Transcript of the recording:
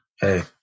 Hey